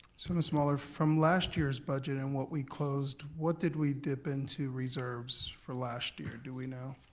so miss muller, from last year's budget in what we closed, what did we dip into reserves for last year, do we know?